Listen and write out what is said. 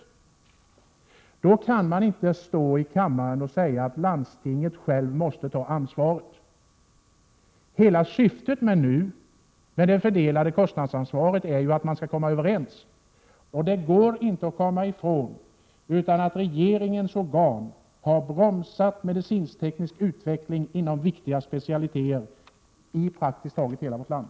Man kan då inte stå i kammaren och säga att landstinget självt måste ta ansvaret. Hela syftet med det fördelade kostnadsansvaret är ju att man skall komma överens. Det går inte att komma ifrån att regeringens organ har bromsat medicinskteknisk utveckling inom viktiga specialiteter i praktiskt taget hela vårt land.